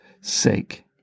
sake